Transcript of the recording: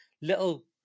little